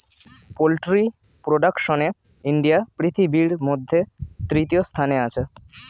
poultry প্রোডাকশনে India পৃথিবীর মধ্যে তৃতীয় স্থানে আছে